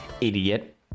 idiot